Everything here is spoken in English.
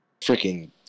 freaking